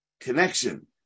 connection